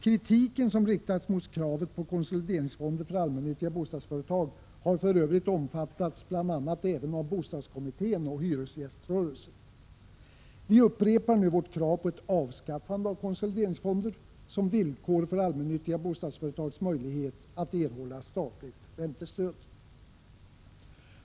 Kritiken som riktats mot kravet på konsolideringsfonder för allmännyttiga bostadsföretag har för övrigt omfattats bl.a. även av bostadskommittén och hyresgäströrelsen. Vi upprepar nu vårt krav på ett avskaffande av konsolideringsfonder som villkor för allmännyttiga bostadsföretags möjlighet att erhålla statligt räntestöd.